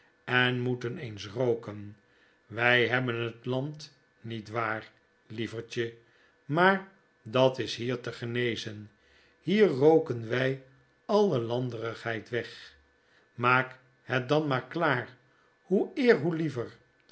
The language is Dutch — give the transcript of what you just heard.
en moeten eens rooken w hebben het land met waar lievertje maar dat is hier te genezen hier rooken wij alle landerigheid weg maak het dan maar klaar hoe eer zoo liever